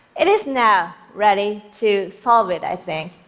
it is now ready to solve it, i think.